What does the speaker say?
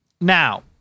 Now